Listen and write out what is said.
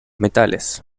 metales